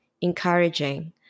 encouraging